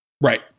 Right